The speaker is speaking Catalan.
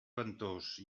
ventós